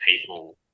people